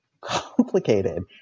complicated